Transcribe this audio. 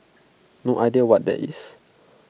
no idea what that is